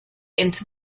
into